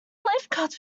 lifeguards